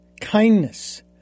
kindness